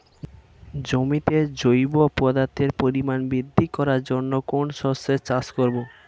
জমিতে জৈব পদার্থের পরিমাণ বৃদ্ধি করার জন্য কোন শস্যের চাষ করবো?